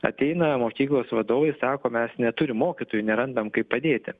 ateina mokyklos vadovai sako mes neturim mokytojų nerandam kaip padėti